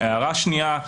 הערה שנייה,